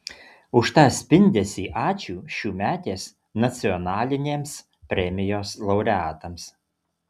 už tą spindesį ačiū šiųmetės nacionalinėms premijos laureatams